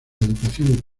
educación